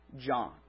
John